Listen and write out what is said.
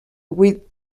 with